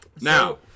Now